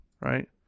right